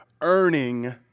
earning